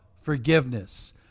forgiveness